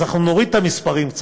נוריד קצת את המספרים,